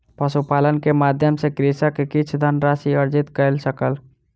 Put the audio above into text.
पशुपालन के माध्यम सॅ कृषक किछ धनराशि अर्जित कय सकल